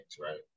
right